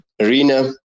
arena